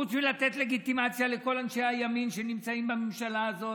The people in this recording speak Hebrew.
חוץ מלתת לגיטימציה לכל אנשי הימין שנמצאים בממשלה הזאת,